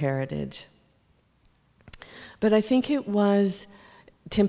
heritage but i think it was